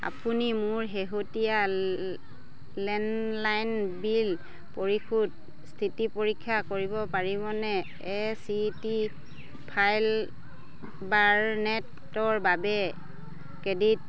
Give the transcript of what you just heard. আপুনি মোৰ শেহতীয়া লেণ্ডলাইন বিল পৰিশোধ স্থিতি পৰীক্ষা কৰিব পাৰিবনে এ চি টি ফাইবাৰনেটৰ বাবে